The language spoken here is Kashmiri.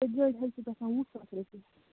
سیٚکہِ گٲڑۍ حظ چھِ گژھان وُہ ساس رۄپیہِ